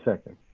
second